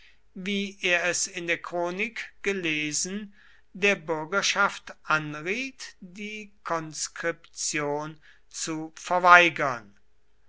wie er es in der chronik gelesen der bürgerschaft anriet die konskription zu verweigern